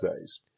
days